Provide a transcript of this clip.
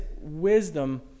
wisdom